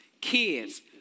kids